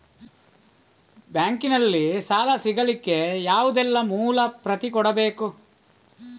Bank ನಲ್ಲಿ ಸಾಲ ಸಿಗಲಿಕ್ಕೆ ಯಾವುದೆಲ್ಲ ಮೂಲ ಪ್ರತಿ ಕೊಡಬೇಕು?